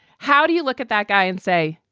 how do you look at that guy and say,